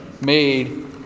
made